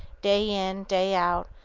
day in, day out,